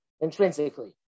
intrinsically